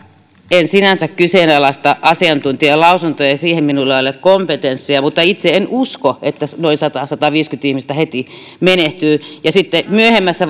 en sinänsä kyseenalaista asiantuntijalausuntoja siihen minulla ei ole kompetenssia mutta itse en usko että noin sata viiva sataviisikymmentä ihmistä heti menehtyy ja sitten myöhemmässä